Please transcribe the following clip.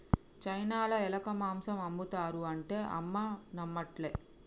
చైనాల ఎలక మాంసం ఆమ్ముతారు అంటే అమ్మ నమ్మట్లే